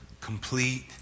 complete